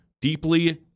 deeply